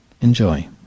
Enjoy